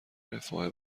رفاه